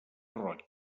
roig